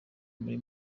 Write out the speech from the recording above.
muri